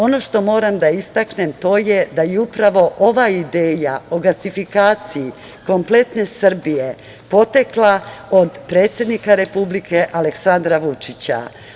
Ono što moram da istaknem to je da je upravo ova ideja o gasifikaciji kompletne Srbije potekla od predsednika Republike Aleksandra Vučića.